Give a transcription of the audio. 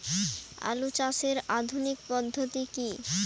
আলু চাষের আধুনিক পদ্ধতি কি?